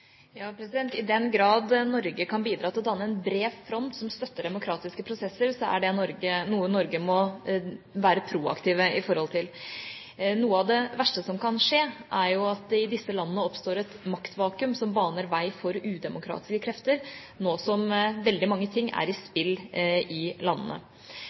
å danne en bred front som støtter demokratiske prosesser, er det noe Norge må være proaktive i forhold til. Noe av det verste som kan skje, er jo at det i disse landene oppstår et maktvakuum som baner vei for udemokratiske krefter nå som veldig mange ting er i spill i landene.